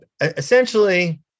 essentially